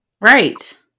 Right